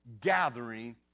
gathering